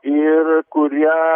ir kurie